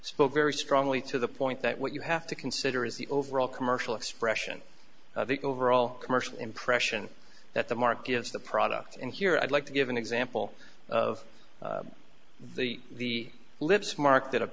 spoke very strongly to the point that what you have to consider is the overall commercial expression of the overall commercial impression that the market is the product and here i'd like to give an example of the lips mark